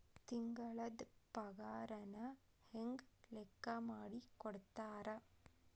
ತಿಂಗಳದ್ ಪಾಗಾರನ ಹೆಂಗ್ ಲೆಕ್ಕಾ ಮಾಡಿ ಕೊಡ್ತಾರಾ